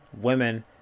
women